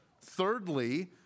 Thirdly